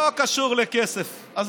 אין לו כסף לצבוע את הבית.